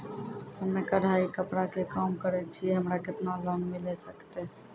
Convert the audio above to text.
हम्मे कढ़ाई कपड़ा के काम करे छियै, हमरा केतना लोन मिले सकते?